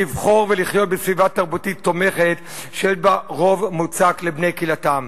לבחור ולחיות בסביבה תרבותית תומכת שיש בה רוב מוצק לבני קהילתם.